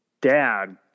dad